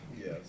yes